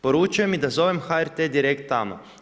Poručio mi je da zovem HRT direkt tamo.